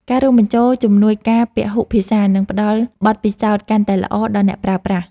ការរួមបញ្ចូលជំនួយការពហុភាសា នឹងផ្ដល់បទពិសោធន៍កាន់តែល្អដល់អ្នកប្រើប្រាស់។